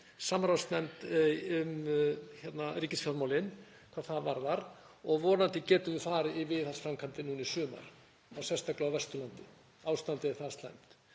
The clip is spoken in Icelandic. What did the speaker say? samráðsnefnd um ríkisfjármál hvað það varðar og vonandi getum við farið í viðhaldsframkvæmdir núna í sumar, þá sérstaklega á Vesturlandi. Ástandið er það slæmt.